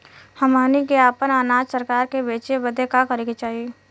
हमनी के आपन अनाज सरकार के बेचे बदे का करे के चाही?